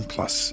Plus